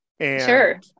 Sure